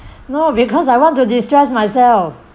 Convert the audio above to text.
no because I want to destress myself